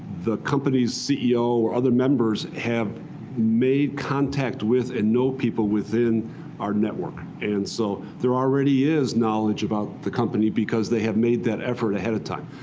the company's ceo or other members have made contact with and know people within our network. and so there already is knowledge about the company, because they have made that effort ahead of time.